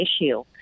issue